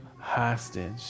hostage